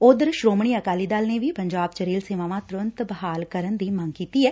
ਉਧਰ ਸ੍ਰੋਮਣੀ ਅਕਾਲੀ ਦਲ ਨੇ ਵੀ ਪੰਜਾਬ ਚ ਰੇਲ ਸੇਵਾਵਾਂ ਤੁਰੰਤ ਬਹਾਲ ਕਰਨ ਦੀ ਮੰਗ ਕੀਤੀ ਐ